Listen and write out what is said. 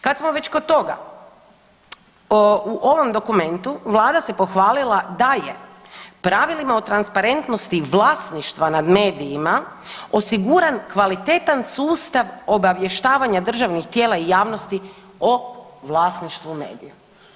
Kad smo već kod toga u ovom dokumentu vlada se pohvalila da je pravilima o transparentnosti vlasništva nad medijima osiguran kvalitetan sustav obavještavanja državnih tijela i javnosti o vlasništvu medija.